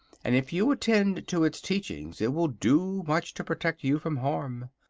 and if you attend to its teachings it will do much to protect you from harm.